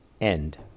end